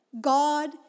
God